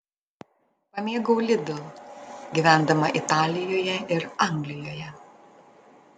pamėgau lidl gyvendama italijoje ir anglijoje